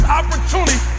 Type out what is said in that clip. opportunity